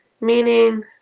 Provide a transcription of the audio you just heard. meaning